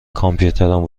کامپیوترم